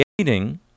creating